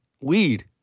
weed